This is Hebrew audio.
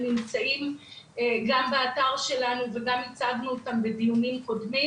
נמצאים גם באתר שלנו וגם הצגנו אותם בדיונים קודמים,